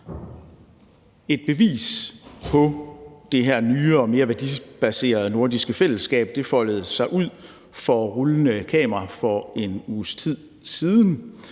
Et bevis på det her nye og mere værdibaserede nordiske fællesskab foldede sig ud for rullende kameraer for en uges tid siden,